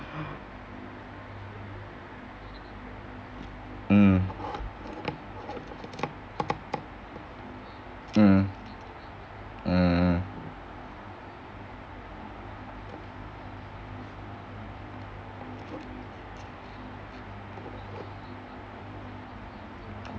mm mm mm mm